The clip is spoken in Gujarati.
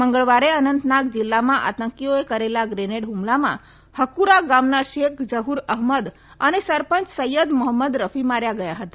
મંગળવારે અનંતનાગ જિલ્લામાં આતંકીઓએ કરેલા ગ્રેનેડ હ્મલામાં હક્રરા ગામના શેખ ઝહ્ર અહેમદ અને સરપંચ સૈથદ મોહમ્મદ રફી માર્યા ગયા હતા